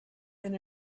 than